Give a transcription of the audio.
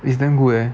it's damn good eh